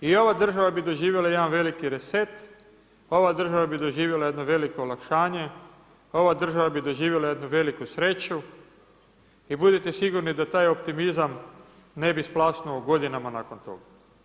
I ova država bi doživjela jedan veliki reset, ova država bi doživjela jedno veliko olakšanje, ova država bi doživjela jednu veliku sreću i budite sigurni da taj optimizam ne bi splasnuo godinama nakon tog.